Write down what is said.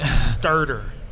Starter